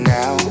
now